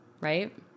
Right